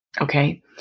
okay